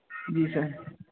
जी sir